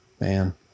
man